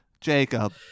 Jacob